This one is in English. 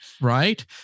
Right